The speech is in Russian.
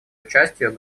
участию